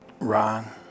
Ron